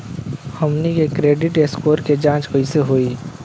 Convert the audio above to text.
हमन के credit score के जांच कैसे होइ?